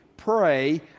pray